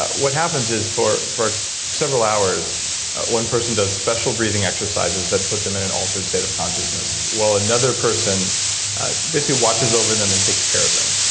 what happens if for for several hours one person does special breathing exercises that put them in an altered state of consciousness, while another person basically watches over them and takes care of them,